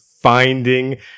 finding